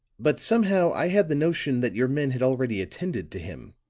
but, somehow, i had the notion that your men had already attended to him.